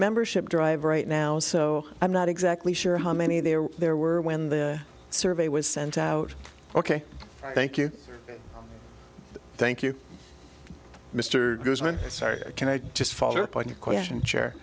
membership drive right now so i'm not exactly sure how many there there were when the survey was sent out ok thank you thank you mr goodman sorry can i just follow up on your question chair